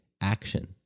action